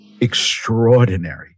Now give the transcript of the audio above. extraordinary